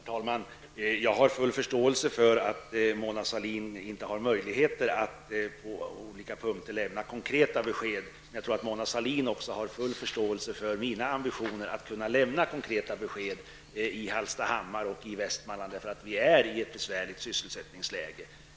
Herr talman! Jag har full förståelse för att Mona Sahlin inte har möjlighet att lämna konkreta besked på olika punkter. Men jag tror att Mona Sahlin också har full förståelse för mina ambitioner att kunna lämna konkreta besked till Hallstahammar och Västmanland, eftersom vi är i ett besvärligt sysselsättningsläge.